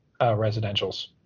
residentials